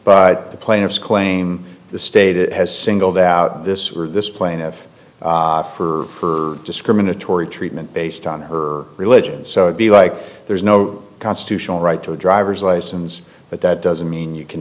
but the plaintiffs claim the state it has singled out this or this plaintiff for her discriminatory treatment based on her religion so it be like there is no constitutional right to a driver's license but that doesn't mean you can